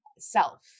Self